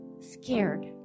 scared